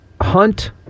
Hunt